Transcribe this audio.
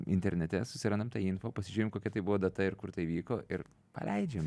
internete susirandam tą info pasižiūrim kokia tai buvo data ir kur tai įvyko ir paleidžiam